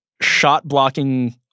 shot-blocking